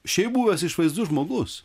šiaip buvęs išvaizdus žmogus